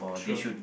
true